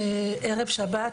ערב שבת,